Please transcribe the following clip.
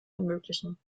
ermöglichen